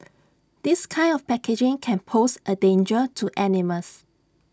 this kind of packaging can pose A danger to animals